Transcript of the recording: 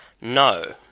No